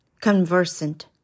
conversant